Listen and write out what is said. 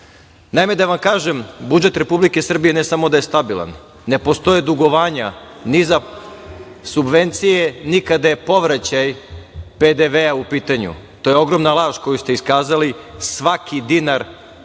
da vam kažem da budžet Republike Srbije ne samo da je stabilan ne postoje dugovanja ni za subvencije ni kada je povraćaj PDV-a u pitanju, to je ogromna laž koju ste iskazali svaki dinar